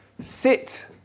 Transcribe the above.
sit